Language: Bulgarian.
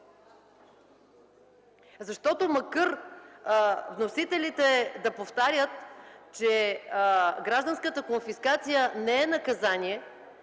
посока. Макар вносителите да повтарят, че гражданската конфискация не е наказание,